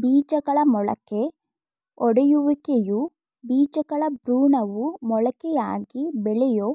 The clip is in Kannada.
ಬೀಜಗಳ ಮೊಳಕೆಯೊಡೆಯುವಿಕೆಯು ಬೀಜಗಳ ಭ್ರೂಣವು ಮೊಳಕೆಯಾಗಿ ಬೆಳೆಯೋ